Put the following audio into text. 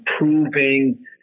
improving